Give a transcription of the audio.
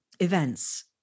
Events